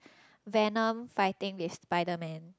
venom fighting with Spiderman